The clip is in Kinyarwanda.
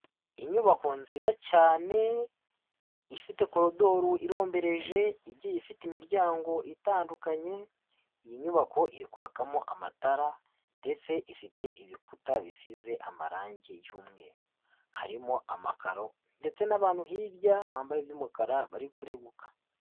Inyubako nziza cyane ifite korodoro irombereje igiye ifite imiryango itandukanye. Iyi nyubako irikwakamo amatara ndetse ifite ibikuta bisize amarangi y'umweru. Harimo amakaro ndetse n'abantu hirya bambaye iby'umukara barikureguka.